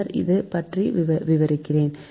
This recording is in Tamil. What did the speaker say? பின்னர் இது பற்றி விவரிக்கிறேன்